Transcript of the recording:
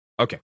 Okay